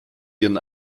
ihren